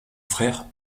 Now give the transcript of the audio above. frère